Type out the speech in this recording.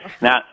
Now